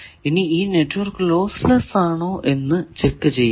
ഇനി ഈ network loss less ആണോ എന്ന് ചെക്ക് ചെയ്യണം